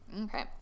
Okay